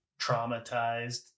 traumatized